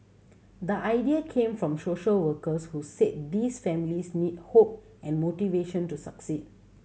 the idea came from social workers who said these families need hope and motivation to succeed